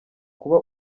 kuba